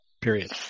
period